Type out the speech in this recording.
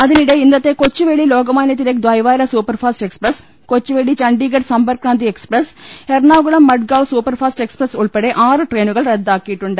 അതിനിട്ടെ ഇന്നത്തെ കൊച്ചു വേളി ലോകമാന്യ തിലക് ദൈവാര super fast express Kochuveli Chandigarh Sampark Kranti express Ernakulam Madgaon super fast express ഉൾപ്പെടെ ആറ് ട്രെയിനുകൾ റദ്ദാക്കിയിട്ടുണ്ട്